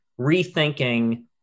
rethinking